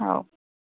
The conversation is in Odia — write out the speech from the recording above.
ହଉ